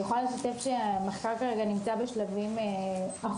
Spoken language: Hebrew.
אני יכולה לשתף שהמחקר כרגע נמצא בשלבים אחרונים